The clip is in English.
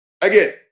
Again